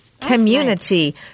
community